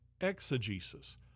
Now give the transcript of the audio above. exegesis